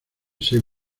seis